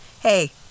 Hey